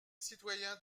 citoyens